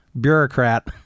bureaucrat